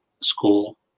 school